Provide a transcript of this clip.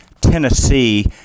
Tennessee